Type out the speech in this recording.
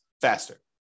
faster